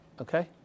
Okay